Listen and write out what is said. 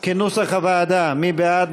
כנוסח הוועדה, מי בעד?